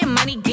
money